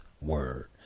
word